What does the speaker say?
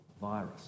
virus